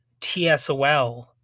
TSOL